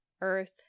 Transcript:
earth